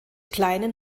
kleinen